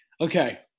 Okay